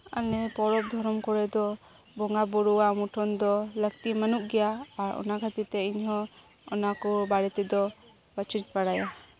ᱟᱞᱮ ᱯᱚᱨᱚᱵ ᱫᱷᱚᱨᱚᱢ ᱠᱚᱨᱮᱫᱚ ᱵᱚᱸᱜᱟ ᱵᱩᱨᱩᱣᱟᱜ ᱢᱩᱴᱷᱟᱹᱱ ᱫᱚ ᱞᱟᱹᱠᱛᱤ ᱵᱟᱹᱱᱩᱜ ᱜᱮᱭᱟ ᱟᱨ ᱚᱱᱟ ᱠᱷᱟᱹᱛᱤᱨᱛᱮ ᱤᱧᱦᱚᱸ ᱚᱱᱟᱠᱚ ᱵᱟᱨᱮᱛᱮᱫᱚ ᱵᱟᱪᱩᱧ ᱵᱟᱲᱟᱭᱟ